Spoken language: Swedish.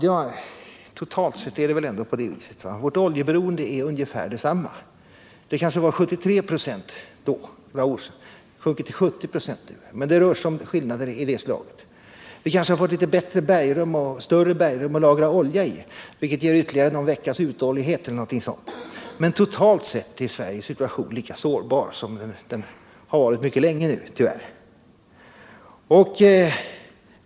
Totalt sett är det väl ändå på det viset? Vårt oljeberoende är tyvärr detsamma nu. Det kanske var 73 96 för några år sedan. Det har sjunkit till 70 96 nu. Det rör sig om skillnader av den storleksordningen. Vi har kanske fått litet större bergrum att lagra olja i, vilket ger ytterligare någon veckas uthållighet eller någonting sådant. Men totalt sett är Sverige lika sårbart nu som under mycket lång tid tidigare.